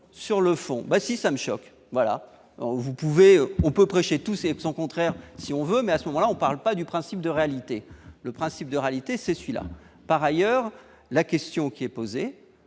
sur le fond, bah si ça me choque, voilà vous pouvez on peut prêcher tous ces son contraire si on veut, mais à ce moment là on parle pas du principe de réalité, le principe de réalité, c'est celui-là, par ailleurs, la question qui est posée